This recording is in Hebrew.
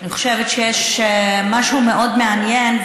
אני חושבת שיש משהו מאוד מעניין,